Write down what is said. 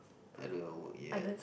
I don't have work yet